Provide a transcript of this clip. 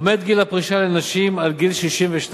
עומד גיל הפרישה לנשים על גיל 62,